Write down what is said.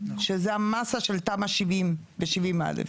שזה המסה של תמ"א 70 ו-70א'.